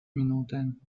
minūtēm